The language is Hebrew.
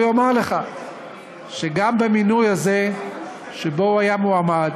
הוא יאמר לך שגם במינוי הזה שבו הוא היה מועמד